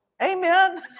Amen